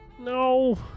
No